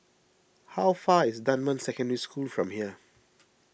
how far is Dunman Secondary School from here